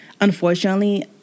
Unfortunately